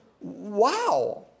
wow